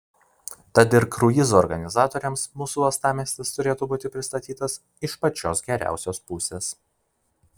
tad ir kruizų organizatoriams mūsų uostamiestis turėtų būti pristatytas iš pačios geriausios pusės